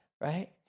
right